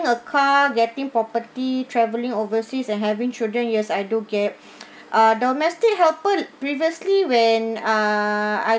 a car getting property travelling overseas and having children yes I do get ah domestic helper previously when ah I